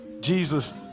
jesus